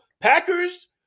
Packers